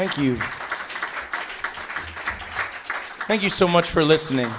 thank you thank you so much for listening